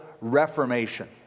reformation